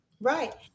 Right